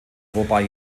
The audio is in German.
wobei